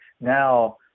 now